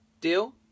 Deal